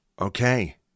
okay